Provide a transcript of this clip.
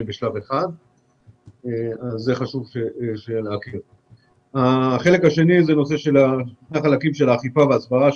בשלב 1. שני החלקים האחרים הם האכיפה וההסברה,